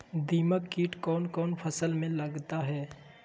दीमक किट कौन कौन फसल में लगता है?